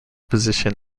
position